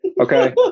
Okay